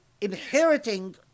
inheriting